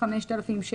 ו-(15)";